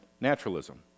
naturalism